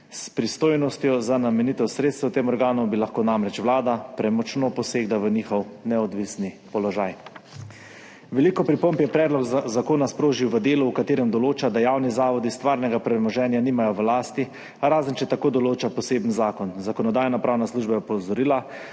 S pristojnostjo za namenitev sredstev tem organom bi lahko namreč Vlada premočno posegla v njihov neodvisni položaj. Veliko pripomb je predlog zakona sprožil v delu, v katerem določa, da javni zavodi stvarnega premoženja nimajo v lasti, razen če tako določa poseben zakon. Zakonodajno-pravna služba je opozorila,